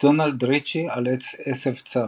דונלד ריצ'י על "עשב צף"